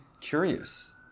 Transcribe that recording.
curious